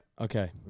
Okay